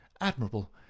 admirable